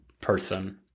person